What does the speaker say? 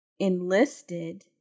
enlisted